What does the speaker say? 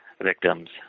victims